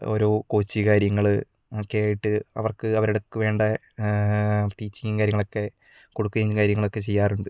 ഓരോ കോച്ച് കാര്യങ്ങൾ ഒക്കെയായിട്ട് അവർക്ക് അവർക്കു വേണ്ട ടീച്ചിങ്ങും കാര്യങ്ങളൊക്കെ കൊടുക്കുകയും കാര്യങ്ങളൊക്കെ ചെയ്യാറുണ്ട്